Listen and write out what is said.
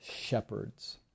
shepherds